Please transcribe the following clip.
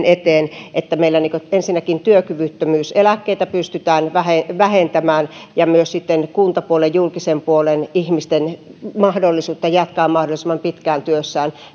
eteen että meillä ensinnäkin työkyvyttömyyseläkkeitä pystytään vähentämään vähentämään ja myös sitten lisäämään kuntapuolen julkisen puolen ihmisten mahdollisuutta jatkaa mahdollisimman pitkään työssään